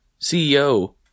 CEO